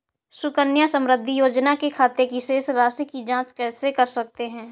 सुकन्या समृद्धि योजना के खाते की शेष राशि की जाँच कैसे कर सकते हैं?